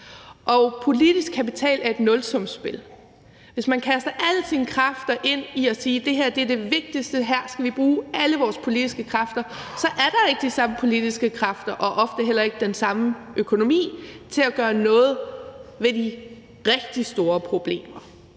Og politisk kapital er et nulsumsspil. Hvis man kaster alle sine kræfter ind i at sige, at det her er det vigtigste, og at her skal vi bruge alle vores politiske kræfter, så er der ikke de samme politiske kræfter og ofte heller ikke den samme økonomi til at gøre noget ved de rigtig store problemer.